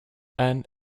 and